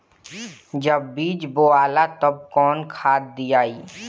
जब बीज बोवाला तब कौन खाद दियाई?